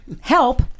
help